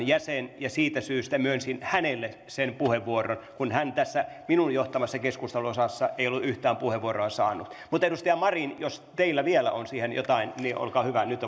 jäsen siitä syystä myönsin hänelle sen puheenvuoron kun hän tässä minun johtamassani keskustelun osassa ei ollut yhtään puheenvuoroa saanut mutta edustaja marin jos teillä vielä on jotain niin olkaa hyvä nyt